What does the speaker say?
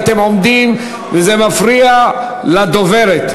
אתם עומדים וזה מפריע לדוברת.